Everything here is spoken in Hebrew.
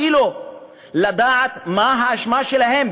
אפילו לדעת מה האשמה שלהם.